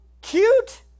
cute